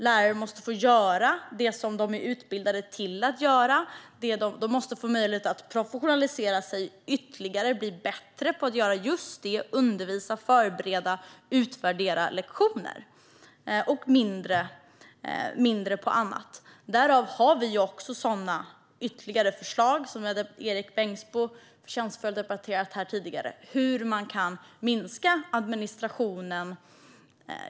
Lärarna måste få göra det som de är utbildade till att göra och de måste få möjlighet att professionalisera sig ytterligare och bli bättre på att just undervisa och förbereda och utvärdera lektioner. Och de måste få ägna mindre tid åt annat. Vi har ytterligare förslag om detta, vilket Erik Bengtzboe på ett förtjänstfullt sätt här tidigare har redogjort för, det vill säga hur man kan minska administrationen.